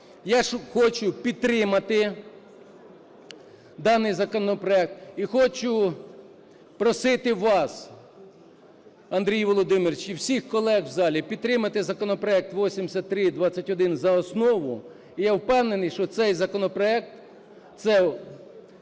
я хочу підтримати даний законопроект і хочу просити вас, Андрій Володимирович, і всіх колег в залі підтримати законопроект 8321 за основу. І я впевнений, що цей законопроект – це